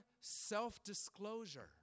self-disclosure